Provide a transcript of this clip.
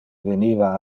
veniva